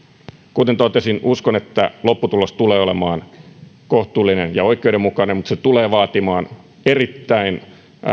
kuten totesin uskon että lopputulos tulee olemaan kohtuullinen ja oikeudenmukainen mutta se tulee vaatimaan erittäin